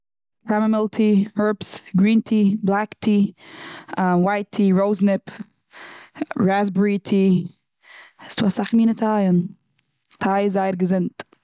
קעמעמיל טי, הערבס, גרין טי, בלעק טי, ווייט טי, ראוזניפ, רעזבערי טי. ס'דא אסאך מינע טייען. טיי איז זייער געזונט.